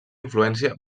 influència